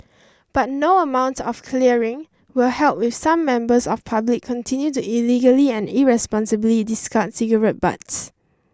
but no amount of clearing will help if some members of public continue to illegally and irresponsibly discard cigarette butts